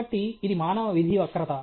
కాబట్టి ఇది మానవ విధి వక్రత